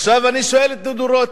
עכשיו, אני שואל את דודו רותם: